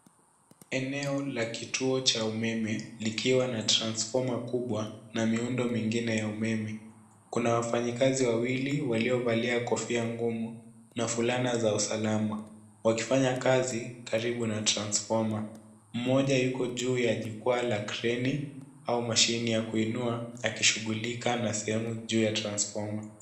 Eneo la kituo cha umeme likiwa na transfoma kubwa na miundo mingine ya umeme. Kuna wafanyikazi wawili waliovalia kofia ngumu na fulana za usalama wakifanya kazi karibu na transfoma. Moja yuko juu ya jukwaa la kreni au mashine ya kuinua akishughulika na sehemu juu ya transfoma.